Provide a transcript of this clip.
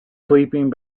sleeping